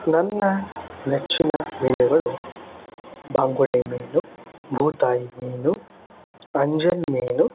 ನನ್ನ ನೆಚ್ಚಿನ ಮೀನುಗಳು ಬಾಂಗುಡೆ ಮೀನು ಬೂತಾಯಿ ಮೀನು ಅಂಜಲ್ ಮೀನು